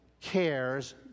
cares